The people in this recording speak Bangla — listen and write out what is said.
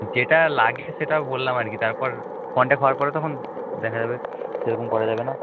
যেটা লাগে সেটা বললাম আর কি তারপর কনট্রাক্ট হওয়ার পরে তখন দেখা যাবে সেরকম করা যাবে না